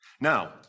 Now